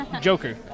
Joker